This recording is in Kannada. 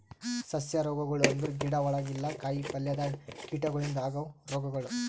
ಸಸ್ಯ ರೋಗಗೊಳ್ ಅಂದುರ್ ಗಿಡ ಒಳಗ ಇಲ್ಲಾ ಕಾಯಿ ಪಲ್ಯದಾಗ್ ಕೀಟಗೊಳಿಂದ್ ಆಗವ್ ರೋಗಗೊಳ್